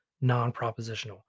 non-propositional